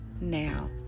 now